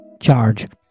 Charge